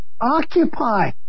Occupy